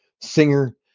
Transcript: singer